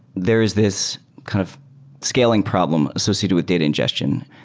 there is this kind of scaling problem associated with data ingestion.